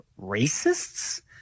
racists